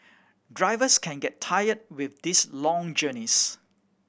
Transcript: drivers can get tired with these long journeys